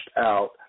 out